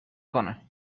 کنه